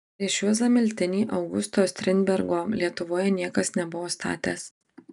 prieš juozą miltinį augusto strindbergo lietuvoje niekas nebuvo statęs